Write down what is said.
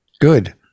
good